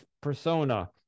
persona